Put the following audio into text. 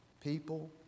people